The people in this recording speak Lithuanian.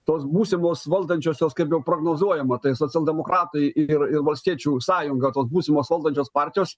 tos būsimos valdančiosios kaip prognozuojama tais socialdemokratai ir ir valstiečių sąjunga kol būsimos valdančios partijos